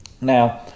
now